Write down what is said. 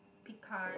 pick card